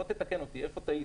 בוא תתקן אותי איפה טעיתי.